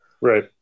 Right